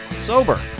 Sober